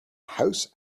house